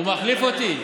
הוא מחליף אותי.